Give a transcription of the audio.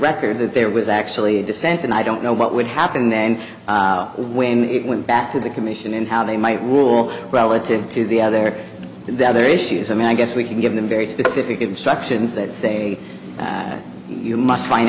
record that there was actually a dissent and i don't know what would happen and when it went back to the commission and how they might rule relative to the other the other issues i mean i guess we can give them very specific instructions that say you must fin